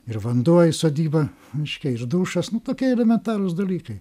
ir vanduo į sodybą miške ir dušas nu tokie elementarūs dalykai